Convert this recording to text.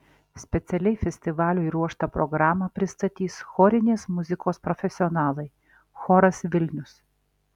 specialiai festivaliui ruoštą programą pristatys chorinės muzikos profesionalai choras vilnius